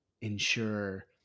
ensure